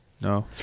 No